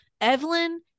Evelyn